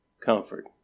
comfort